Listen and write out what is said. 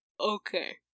Okay